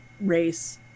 race